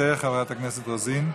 הכנסת רוזין.